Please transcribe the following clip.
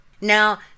Now